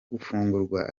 gufungurwa